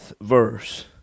verse